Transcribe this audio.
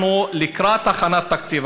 אנחנו לקראת הכנת תקציב,